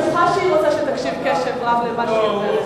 אני בטוחה שהיא רוצה שתקשיב קשב רב למה שהיא אומרת.